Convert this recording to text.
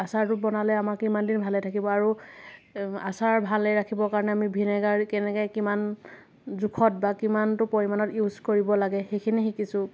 আচাৰতো বনালে আমাৰ কিমানদিন ভালে থাকিব আৰু আচাৰ ভালে ৰাখিব কাৰণে আমি ভিনেগাৰ কেনেকৈ কিমান জোখত বা কিমানটো পৰিমাণত ইউচ কৰিব লাগে সেইখিনি শিকিছোঁ